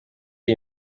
iyi